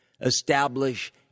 establish